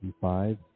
Five